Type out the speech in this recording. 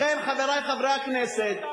לכן, חברי חברי הכנסת,